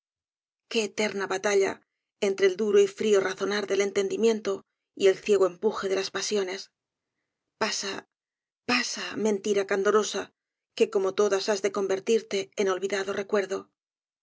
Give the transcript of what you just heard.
qué eterna batalla entre el duro y frío razonar del entendimiento y el ciego empuje de las pasiones pasa pasa mentira candorosa que como todas has de convertirte en olvidado recuerdo